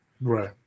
Right